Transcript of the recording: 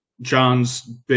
John's